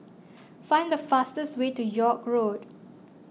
find the fastest way to York Road